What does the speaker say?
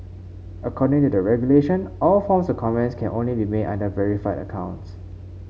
according to the regulation all forms of comments can only be made under verified accounts